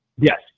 Yes